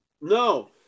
No